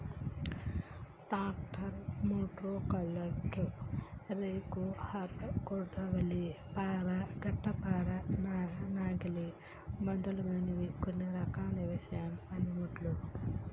tractor, మోటో కల్టర్, rake, harrow, కొడవలి, పార, గడ్డపార, నాగలి మొదలగునవి కొన్ని రకాల వ్యవసాయ పనిముట్లు